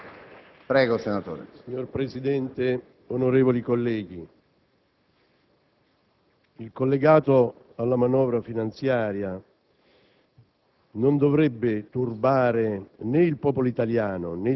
Signor Presidente, onorevoli colleghi, il provvedimento collegato alla manovra finanziaria